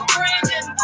Brandon